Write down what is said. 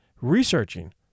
Researching